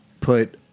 put